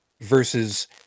versus